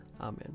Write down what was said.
Amen